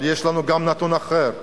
אבל יש לנו גם נתון אחר: